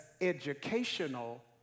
educational